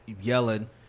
yelling